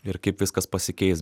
ir kaip viskas pasikeis